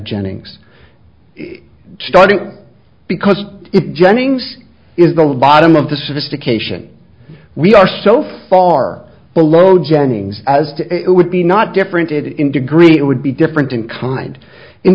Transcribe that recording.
jennings starting because jennings is the bottom of the sophistication we are so far below jennings as it would be not different in degree it would be different in kind in